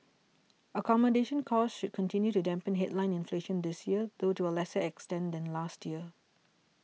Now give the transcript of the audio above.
accommodation costs should continue to dampen headline inflation this year though to a lesser extent than last year